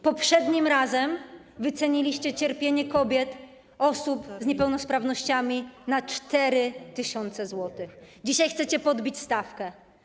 Poprzednim razem wyceniliście cierpienie kobiet, osób z niepełnosprawnościami na 4 tys. zł, dzisiaj chcecie podbić stawkę.